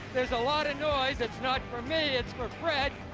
there's a lot of noise. it's not for me. it's for fred,